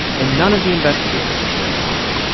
and none of the investigators are still alive.